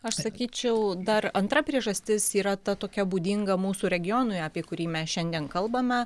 aš sakyčiau dar antra priežastis yra ta tokia būdinga mūsų regionui apie kurį mes šiandien kalbame